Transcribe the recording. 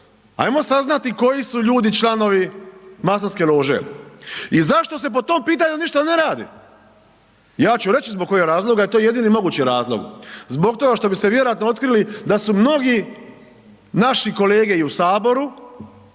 Hajmo saznati koji su ljudi članovi masonske lože i zašto se po tom pitanju ništa ne radi? Ja ću reći zbog kojeg razloga jer je to jedini mogući razlog. Zbog toga što bi se vjerojatno otkrili da su mnogi naši kolege i u Saboru,